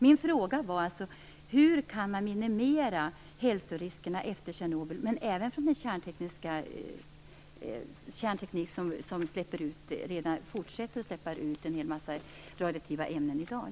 Min fråga var alltså: Hur kan man minimera hälsoriskerna efter Tjernobyl, men även riskerna från den kärnteknik som fortsätter att släppa ut en hel massa radioaktiva ämnen i dag?